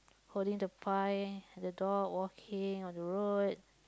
holding the pie and the dog walking on the road